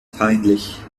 peinlich